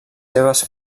seves